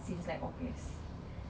since like august